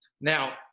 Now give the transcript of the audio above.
Now